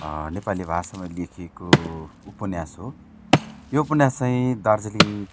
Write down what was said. नेपाली भाषामा लेखिएको उपन्यास हो यो उपन्यास चाहिँ दार्जिलिङ